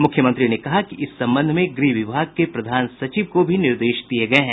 मुख्यमंत्री ने कहा कि इस संबंध में गृह विभाग के प्रधान सचिव को भी निर्देश दिये गये हैं